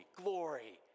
glory